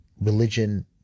Religion